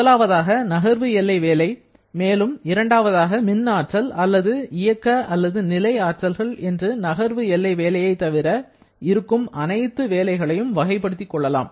முதலாவதாக எல்லை நகர்வு வேலை மற்றும் இரண்டாவதாக மின்னாற்றல் அல்லது இயக்க அல்லது நிலை ஆற்றல்கள் என்று நகர்வு எல்லை வேலையை தவிர இருக்கும் அனைத்து வேலைகளையும் வகைப்படுத்திக் கொள்ளலாம்